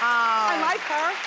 like her.